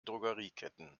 drogerieketten